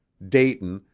dayton,